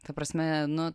ta prasme nu